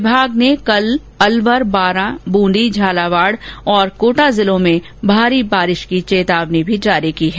विभाग ने कल अलवर बारां बूंदी झालावाड़ और कोटा जिलों में भारी बारिश की चेतावनी भी जारी की है